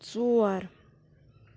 ژور